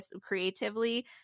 creatively